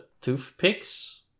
toothpicks